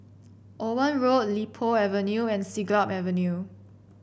Owen Road Li Po Avenue and Siglap Avenue